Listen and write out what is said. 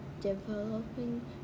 developing